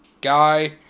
guy